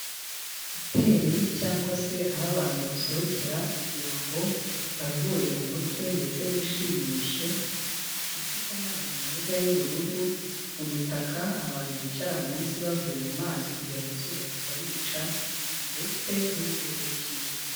Hoteri cyangwa se aho abantu basohokera kugira ngo baruhure mu mutwe ndetse bishimishe, ifite amazi meza y'ubururu, udutaka abantu bicara munsi bavuye mazi kugira ngo izuba ritabica ndetse n'ikirere cyiza.